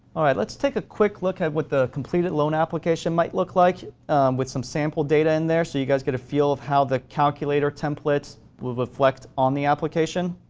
all right, let's take a quick look at what the completed loan application might look like with some sample data in there so you guys get a feel of how the calculator template will reflect on the application.